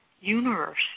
universe